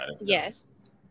yes